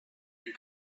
you